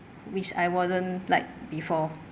which I wasn't like before